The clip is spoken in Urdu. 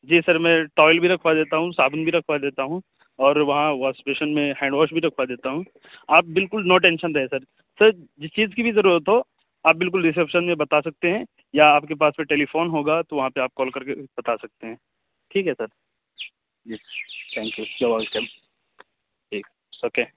جی سر میں ٹاویل بھی رکھوا دیتا ہوں صابن بھی رکھوا دیتا ہوں اور وہاں واس بیشن میں ہینڈ واش بھی رکھوا دیتا ہوں آپ بالکل نو ٹیشن رہیں سر سر جس چیز کی بھی ضرورت ہو آپ بالکل ریسپشن میں بتا سکتے ہیں یا آپ کے پاس تو ٹیلی فون ہوگا تو وہاں پہ آپ کال کر کے بتا سکتے ہیں ٹھیک ہے sir yes thank you you are welcome ٹھیک اوکے